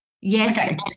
Yes